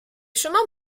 chemins